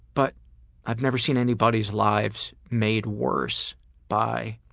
but i've never seen anybody's lives made worse by